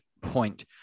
point